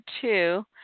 two